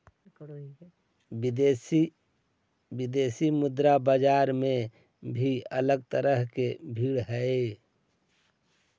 विदेशी मुद्रा बाजार में भी अलग तरह की भीड़ हई